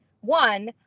One